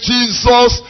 Jesus